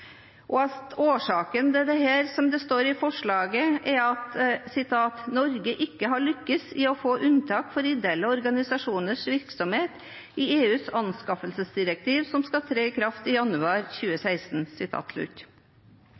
Årsaken til dette er, som det står i forslaget, at «Norge har ikke lyktes med å få unntak for private, ideelle organisasjoners virksomhet» i EUs nye anskaffelsesdirektiv, som skal tre i kraft i januar 2016.